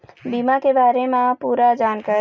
बीमा के बारे म पूरा जानकारी?